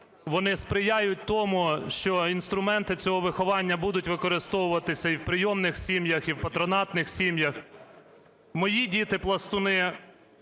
вони сприяють тому, що інструменти цього виховання будуть використовуватися і в прийомних сім'ях, і в патронатних сім'ях. Мої діти – пластуни,